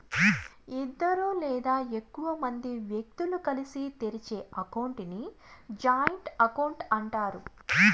ఇద్దరు లేదా ఎక్కువ మంది వ్యక్తులు కలిసి తెరిచే అకౌంట్ ని జాయింట్ అకౌంట్ అంటారు